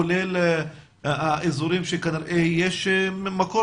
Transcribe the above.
כולל האזורים שכנראה יש מקור,